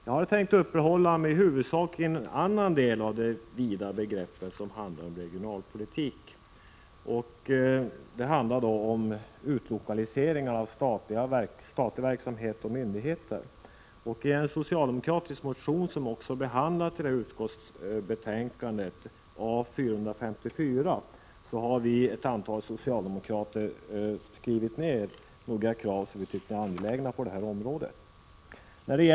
Jag har tänkt uppehålla mig huvudsakligen vid en annan del av det vida begreppet regionalpolitik, nämligen den del som handlar om utlokalisering av statlig verksamhet och statliga myndigheter. I en socialdemokratisk motion A454, som också har behandlats i utskottsbetänkandet, har ett antal socialdemokrater skrivit ner några krav som vi anser vara angelägna på detta område.